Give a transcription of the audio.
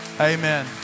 Amen